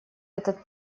этот